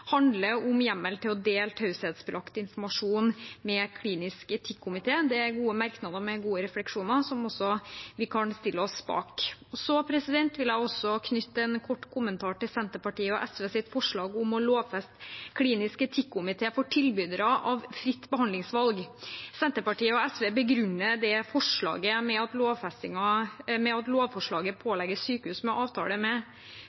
handler om hjemmel til å dele taushetsbelagt informasjon med klinisk etikkomité. Det er gode merknader med gode refleksjoner, som også vi kan stille oss bak. Jeg vil også knytte en kort kommentar til Senterpartiet og SVs forslag om å lovfeste klinisk etikkomité for tilbydere av fritt behandlingsvalg. Senterpartiet og SV begrunner dette forslaget med at lovforslaget pålegger sykehus med avtale med